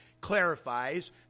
clarifies